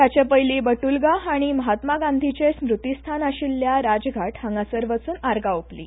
ताचे पयली बट्रलगा हांणी महात्मा गांधीचे स्मृतीस्थान आशिल्ल्या राजघाट हांगासर वचून आर्गां ओंपलीं